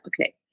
Okay